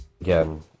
again